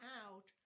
out